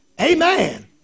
Amen